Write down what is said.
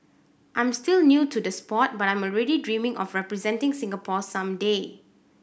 I'm still new to the sport but I'm already dreaming of representing Singapore some day